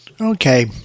Okay